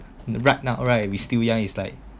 right now right we still young is like